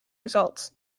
results